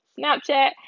Snapchat